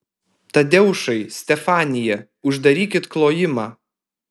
tadeušai stefanija uždarykit klojimą